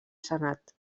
senat